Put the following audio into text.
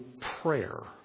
prayer